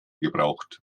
gebraucht